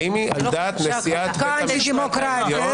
האם היא על דעת נשיאת בית המשפט העליון?